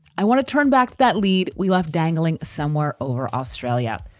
i want to turn back to that lead we left dangling somewhere over australia.